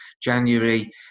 January